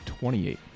28